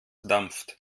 dampft